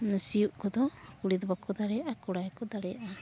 ᱚᱱᱟ ᱥᱤᱭᱩᱜ ᱠᱚᱫᱚ ᱠᱩᱲᱤ ᱫᱚ ᱵᱟᱠᱚ ᱫᱟᱲᱮᱭᱟᱜᱼᱟ ᱠᱚᱲᱟ ᱜᱮᱠᱚ ᱫᱟᱲᱮᱭᱟᱜᱼᱟ